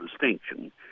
distinction